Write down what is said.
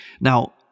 Now